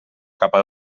capa